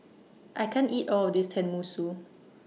I can't eat All of This Tenmusu